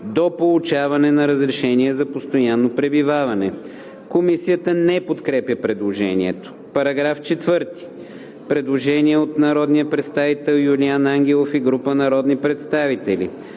до получаване на разрешение за постоянно пребиваване.“ Комисията не подкрепя предложението. По § 4 има предложение от народния представител Юлиан Ангелов и група народни представители: